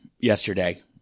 yesterday